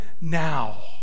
now